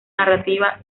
narrativa